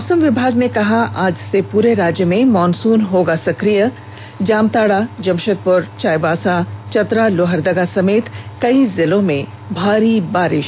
मौसम विभाग ने कहा आज से पूरे राज्य में मानसून हो जाएगा सक्रिय जामताड़ा जमषेदपुर चाईबासा चतरा लोहरदगा समेत कई जिलों में भारी बारिष